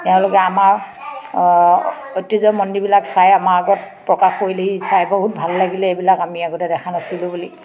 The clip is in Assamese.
তেওঁলোকে আমাৰ ঐতিহ্য মন্দিৰবিলাক চাই আমাৰ আগত প্ৰকাশ কৰিলেহে চাই বহুত ভাল লাগিলে এইবিলাক আমি আগতে দেখা নাছিলোঁ বুলি